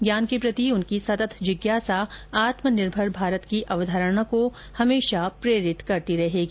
ज्ञान के प्रति उनकी सतत जिज्ञासा आत्मनिर्भर भारत की अवधारणा को हमेशा प्रेरित करती रहेगी